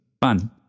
fun